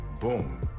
boom